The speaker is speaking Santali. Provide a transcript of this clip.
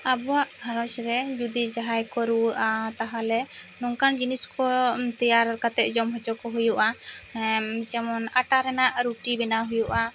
ᱟᱵᱚᱣᱟᱜ ᱜᱷᱟᱨᱚᱸᱡᱽ ᱨᱮᱱ ᱡᱩᱫᱤ ᱡᱟᱦᱟᱸᱭ ᱠᱚ ᱨᱩᱣᱟᱹᱜᱼᱟ ᱛᱟᱦᱚᱞᱮ ᱱᱚᱝᱠᱟᱱ ᱡᱤᱱᱤᱥ ᱠᱚ ᱛᱮᱭᱟᱨ ᱠᱟᱛᱮᱜ ᱡᱚᱢ ᱦᱚᱪᱚ ᱠᱚ ᱦᱩᱭᱩᱜᱼᱟ ᱡᱮᱢᱚᱱ ᱟᱴᱟ ᱨᱮᱱᱟᱜ ᱨᱩᱴᱤ ᱵᱮᱱᱟᱣ ᱦᱩᱭᱩᱜᱼᱟ